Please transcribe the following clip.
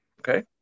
Okay